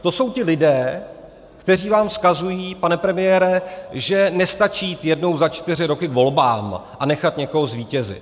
To jsou ti lidé, kteří vám vzkazují, pane premiére, že nestačí jít jednou za čtyři roky k volbám a nechat někoho zvítězit.